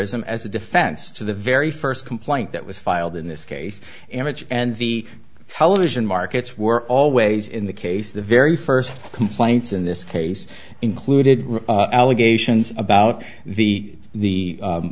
amateurism as a defense to the very first complaint that was filed in this case image and the television markets were always in the case the very first complaints in this case included allegations about the the